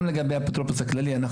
גם לגבי האפוטרופוס הכללי,